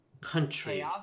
country